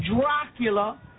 Dracula